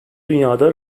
dünyada